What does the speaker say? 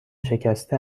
شکسته